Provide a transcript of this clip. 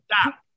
stop